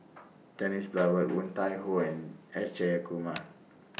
Dennis Bloodworth Woon Tai Ho and S Jayakumar